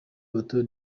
hotel